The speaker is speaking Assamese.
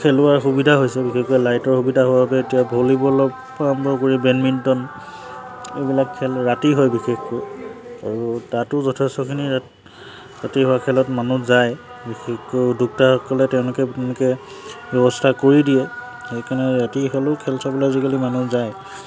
খেলোৱা সুবিধা হৈছে বিশেষকৈ লাইটৰ সুবিধা হোৱাৰ বাবে এতিয়া ভলীবলৰ আৰম্ভ কৰি বেডমিণ্টন এইবিলাক খেল ৰাতি হয় বিশেষকৈ আৰু তাতো যথেষ্টখিনি ৰাতি হোৱা খেলত মানুহ যায় বিশেষকৈ উদ্যোক্তাসকলে তেওঁলোকে তেনেকে ব্যৱস্থা কৰি দিয়ে সেইকাৰণে ৰাতি হ'লেও খেল চাবলে আজিকালি মানুহ যায়